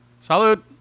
Salud